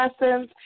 lessons